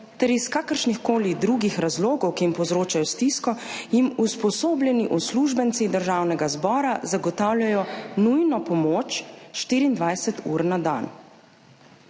ter iz kakršnihkoli drugih razlogov, ki jim povzročajo stisko, jim usposobljeni uslužbenci Državnega zbora zagotavljajo nujno pomoč 24 ur na dan.